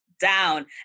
down